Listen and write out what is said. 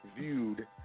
viewed